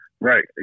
Right